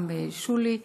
גם שולי,